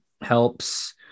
helps